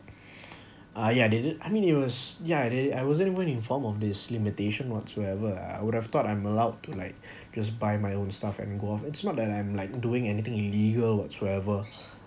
ah yeah they didn't I mean it was yeah they didn't I wasn't even informed of this limitation whatsoever I would have thought I'm allowed to like just buy my own stuff and go off it's not that I'm like doing anything illegal whatsoever